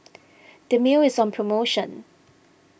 Dermale is on promotion